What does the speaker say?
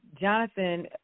Jonathan